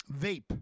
vape